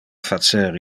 facer